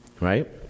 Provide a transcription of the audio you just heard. Right